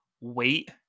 wait